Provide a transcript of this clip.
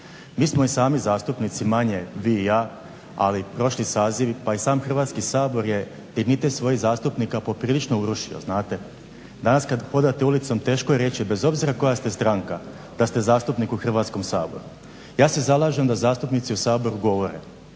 Mi smo i sami zastupnici manje vi i ja, ali prošli sazivi pa i sam Hrvatski sabor je dignitet svojih zastupnika poprilično urušio, znate. Danas kad hodate ulicom teško je reći, bez obzira koja ste stranka, da ste zastupnik u Hrvatskom saboru. Ja se zalažem da zastupnici u Saboru govore,